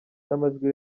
n’amajwi